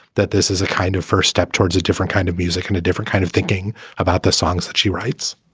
that this is a kind of first step towards a different kind of music and a different kind of thinking about the songs that she writes